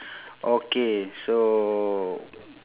okay so